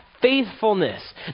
faithfulness